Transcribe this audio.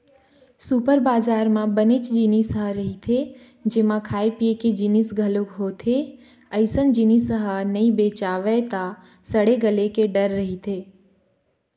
super बजार म बनेच जिनिस ह रहिथे जेमा खाए पिए के जिनिस घलोक होथे, अइसन जिनिस ह नइ बेचावय त सड़े गले के डर रहिथे